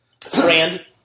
Friend